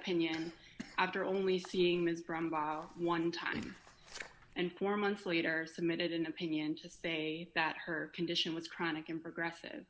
opinion after only seeing ms brown one time and four months later submitted an opinion to say that her condition was chronic and progressive